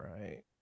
right